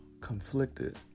conflicted